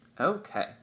Okay